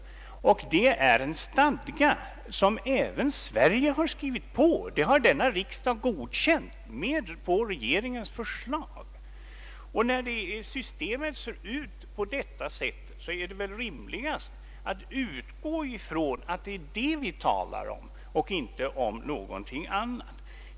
Denna stadga har även Sverige skrivit på. Det har denna riksdag godkänt på regeringens förslag. När nu systemet ser ut på detta sätt är det väl rimligast att utgå från att det är detta vi talar om och inte något annat.